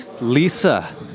Lisa